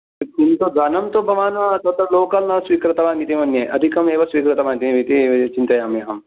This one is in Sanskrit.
किन्तु धनं तु भवान् तत्र लोकल् न स्वीकृतवान् इति मन्ये अधिकमेव स्वीकृतवानिति चिन्तयामि अहं